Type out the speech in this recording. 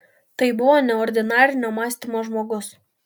tai buvo neordinarinio mąstymo žmogus